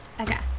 Okay